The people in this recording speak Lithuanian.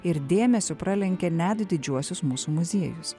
ir dėmesiu pralenkė net didžiuosius mūsų muziejus